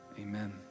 Amen